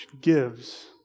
gives